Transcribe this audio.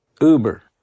Uber